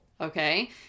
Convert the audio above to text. okay